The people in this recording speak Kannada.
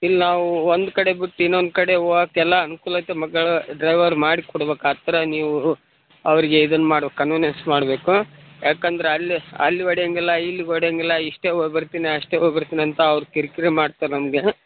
ಇಲ್ಲಿ ನಾವೂ ಒಂದು ಕಡೆ ಬಿಟ್ಟು ಇನ್ನೊಂದು ಕಡೆ ಹೋಗೋಕ್ ಎಲ್ಲ ಅನುಕೂಲ ಐತೆ ಮಕ್ಕಳು ಡ್ರೈವರ್ ಮಾಡಿ ಕೊಡ್ಬೇಕಾತ್ರ ನೀವೂ ಅವರಿಗೆ ಇದನ್ನು ಮಾಡಿ ಕನ್ವಿನೆನ್ಸ್ ಮಾಡಬೇಕು ಯಾಕಂದ್ರೆ ಅಲ್ಲಿ ಅಲ್ಲಿ ಹೊಡೆಯೋಂಗಿಲ್ಲ ಇಲ್ಲಿ ಹೊಡೆಯೋಂಗಿಲ್ಲ ಇಷ್ಟೇ ಹೊಗಿ ಬರ್ತೀನಿ ಅಷ್ಟೇ ಹೊಗಿ ಬರ್ತೀನಿ ಅಂತ ಅವ್ರು ಕಿರಿಕಿರಿ ಮಾಡ್ತರೆ ನಮಗೆ